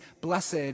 Blessed